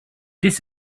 this